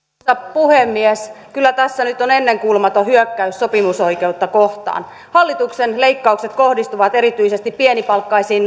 puhemies kyllä tässä nyt on ennenkuulumaton hyökkäys sopimusoikeutta kohtaan hallituksen leikkaukset kohdistuvat erityisesti pienipalkkaisiin